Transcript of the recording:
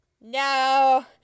No